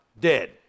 dead